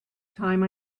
time